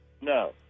no